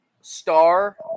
star